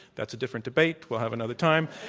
that's a different debate we'll have another time.